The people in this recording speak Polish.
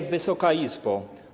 Wysoka Izbo!